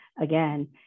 again